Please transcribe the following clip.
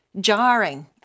jarring